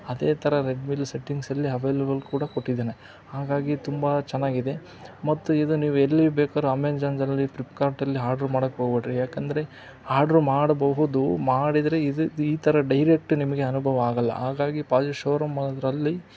ಅದೇ ಥರ ರೆಡ್ಮಿಲೂ ಸೆಟ್ಟಿಂಗ್ಸಲ್ಲಿ ಅವೈಲೇಬಲ್ ಕೂಡ ಕೊಟ್ಟಿದ್ದಾನೆ ಹಾಗಾಗಿ ತುಂಬ ಚೆನ್ನಾಗಿದೆ ಮತ್ತು ಇದು ನೀವು ಎಲ್ಲಿ ಬೇಕಾದರೂ ಅಮೆಜಾನ್ದಲ್ಲಿ ಪ್ಲಿಪ್ಕಾರ್ಟ್ಅಲ್ಲಿ ಆರ್ಡರ್ ಮಾಡಕ್ಕೆ ಹೋಗ್ಬೇಡ್ರಿ ಯಾಕಂದರೆ ಆರ್ಡ್ರು ಮಾಡಬಹುದು ಮಾಡಿದರೆ ಇದು ಈ ಥರ ಡೈರೆಕ್ಟ್ ನಿಮಗೆ ಅನುಭವ ಆಗೋಲ್ಲ ಹಾಗಾಗಿ ಶೋರೂಮ್ ಒಂದರಲ್ಲಿ